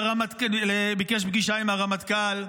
ביקש פגישה עם הרמטכ"ל.